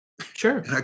Sure